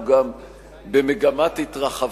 הוא גם במגמת התרחבות,